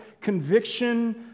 Conviction